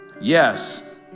Yes